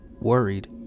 Worried